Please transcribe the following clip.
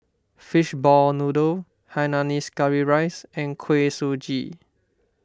Fishball Noodle Hainanese Curry Rice and Kuih Suji